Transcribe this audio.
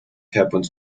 happened